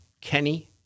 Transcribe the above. Kenny